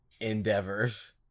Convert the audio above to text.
endeavors